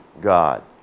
God